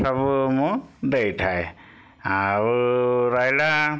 ସବୁ ମୁଁ ଦେଇଥାଏ ଆଉ ରହିଲା